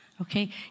Okay